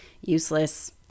Useless